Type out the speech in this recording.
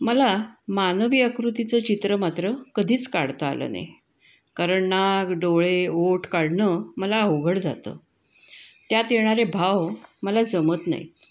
मला मानवी आकृतीचं चित्र मात्र कधीच काढता आलं नाही कारण नाक डोळे ओठ काढणं मला अवघड जातं त्यात येणारे भाव मला जमत नाहीत